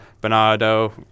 Bernardo